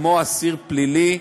כמו אסיר פלילי,